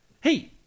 Hey